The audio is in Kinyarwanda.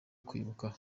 kwibuka